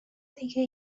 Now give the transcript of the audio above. دیگه